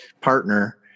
partner